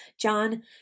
John